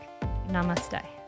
Namaste